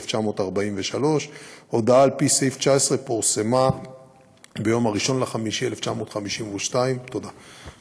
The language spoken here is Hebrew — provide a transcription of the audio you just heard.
1943. הודעה על-פי סעיף 19 פורסמה ביום 1 במאי 1952. תודה.